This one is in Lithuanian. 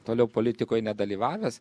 toliau politikoj nedalyvavęs